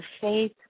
faith